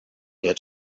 here